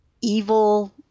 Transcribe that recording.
evil